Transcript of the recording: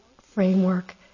framework